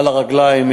על הרגליים.